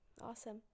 awesome